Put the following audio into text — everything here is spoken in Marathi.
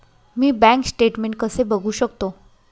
मी बँक स्टेटमेन्ट कसे बघू शकतो?